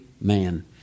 man